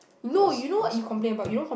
I was I was